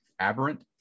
Aberrant